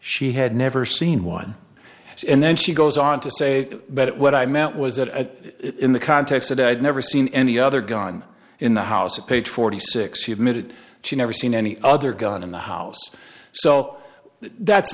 she had never seen one and then she goes on to say but what i meant was that in the context that i had never seen any other gun in the house at page forty six she admitted she never seen any other gun in the house so that's